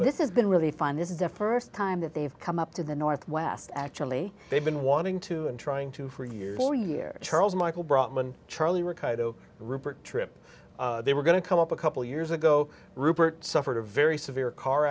this is been really fun this is the first time that they've come up to the northwest actually they've been wanting to and trying to for years for years charles michael broadman charlie ricardo rupert trip they were going to come up a couple years ago rupert suffered a very severe car